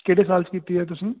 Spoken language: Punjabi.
ਕਿਹੜੇ ਸਾਲ 'ਚ ਕੀਤੀ ਹੈ ਤੁਸੀਂ